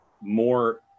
more